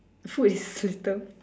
food is sweeter